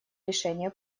решение